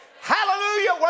Hallelujah